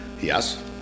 Yes